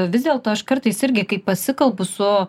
vis dėlto aš kartais irgi kai pasikalbu su